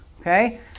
Okay